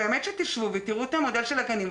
זה נושא שהיו עליו מספר דיונים.